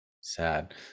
sad